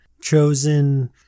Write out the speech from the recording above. chosen